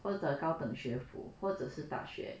或者高等学府或者是大学